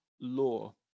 law